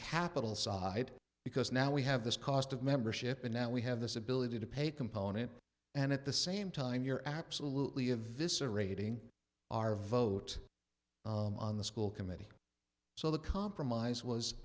capital side because now we have this cost of membership and now we have this ability to pay component and at the same time you're absolutely a vis orating our vote on the school committee so the compromise was